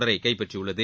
தொடரை கைப்பற்றியுள்ளது